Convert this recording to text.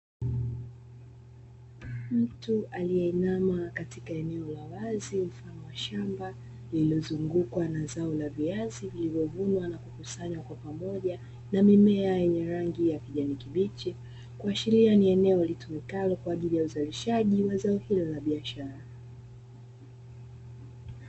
Mtu aliyeinama katika eneo la wazi la shamba lililozungukwa na zao la viazi lililovunwa na kukusanywa kwa pamoja na mimea yenye rangi ya kijani kibichi, kuashiria ni eneo litumikalo kwa ajili ya uzalishaji wa zao hilo la biashara.